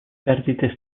perdite